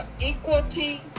equality